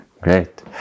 great